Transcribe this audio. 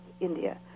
India